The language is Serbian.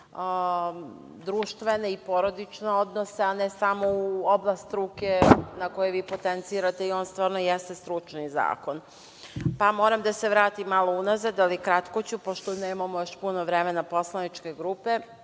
društvene i porodične odnose, a ne samo u oblast struke, na koje vi potencirate, i on stvarno jeste stručni zakon. Moram da se vratim malo unazad, ali kratko ću, pošto nemamo još puno vremena Poslaničke grupe.